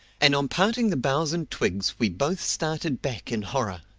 and on parting the boughs and twigs we both started back in horror.